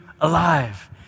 alive